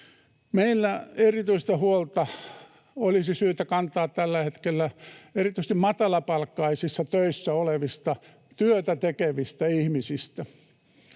Meillä olisi syytä kantaa erityistä huolta tällä hetkellä erityisesti matalapalkkaisissa töissä olevista työtä tekevistä ihmisistä